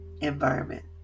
environment